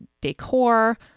decor